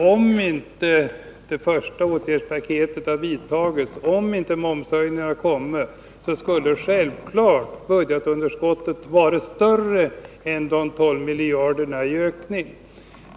Om inte åtgärderna i det första åtgärdspaketet hade vidtagits, om inte momshöjningarna hade skett, skulle självfallet ökningen av budgetunderskottet ha varit större än 12 miljarder.